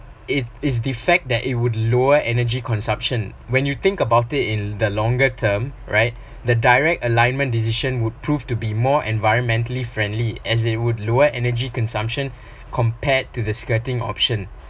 it is the fact that it would lower energy consumption when you think about it in the longer term right the direct alignment decision would prove to be more environmentally friendly as they would lower energy consumption compared to the skirting option